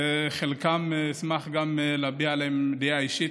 ועל חלקם אשמח להביע גם דעה אישית.